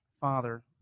Father